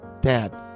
Dad